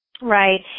Right